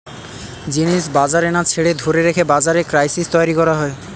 জিনিস বাজারে না ছেড়ে ধরে রেখে বাজারে ক্রাইসিস তৈরী করা হয়